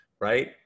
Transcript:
right